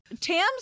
Tam's